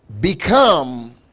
become